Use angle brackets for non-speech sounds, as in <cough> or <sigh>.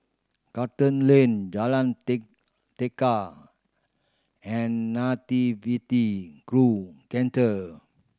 Charlton Lane Jalan <unintelligible> Tekad and Nativity Grove Centre